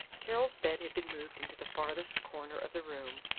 carol's bed had been moved into the farthest corner of the room,